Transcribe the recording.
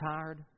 tired